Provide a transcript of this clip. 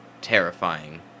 terrifying